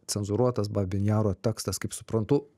cenzūruotas babyn jaro tekstas kaip suprantu